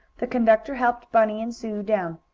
the conductor helped bunny and sue down.